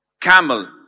camel